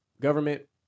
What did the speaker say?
government